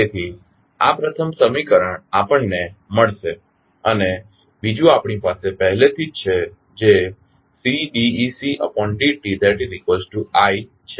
તેથી આ પ્રથમ સમીકરણ આપણને મળશે અને બીજું આપણી પાસે પહેલેથી જ છે જે Cd ecd tit છે